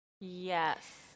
yes